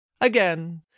Again